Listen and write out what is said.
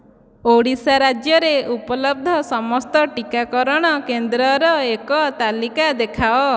ଓଡ଼ିଶା ରାଜ୍ୟରେ ଉପଲବ୍ଧ ସମସ୍ତ ଟିକାକରଣ କେନ୍ଦ୍ରର ଏକ ତାଲିକା ଦେଖାଅ